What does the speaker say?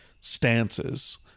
stances